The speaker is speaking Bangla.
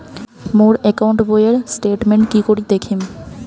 মোর একাউন্ট বইয়ের স্টেটমেন্ট কি করি দেখিম?